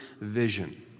vision